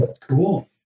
Cool